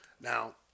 Now